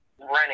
running